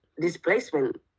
displacement